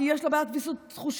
כי יש לה בעיית ויסות חושי,